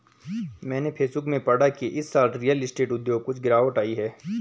मैंने फेसबुक में पढ़ा की इस साल रियल स्टेट उद्योग कुछ गिरावट आई है